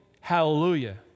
hallelujah